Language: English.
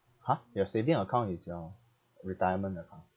!huh! your saving account is your retirement account